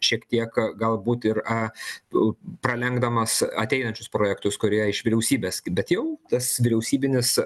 šiek tiek galbūt ir pralenkdamas ateinančius projektus kurie iš vyriausybės bet jau tas vyriausybinis